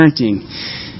parenting